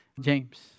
James